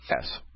Yes